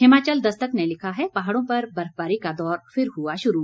हिमाचल दस्तक ने लिखा है पहाड़ों पर बर्फबारी का दौर फिर हआ शुरू